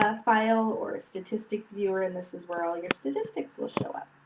file or statistics viewer, and this is where all your statistics will show up.